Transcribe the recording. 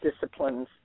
disciplines